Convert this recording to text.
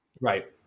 Right